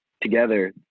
together